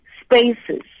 spaces